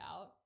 out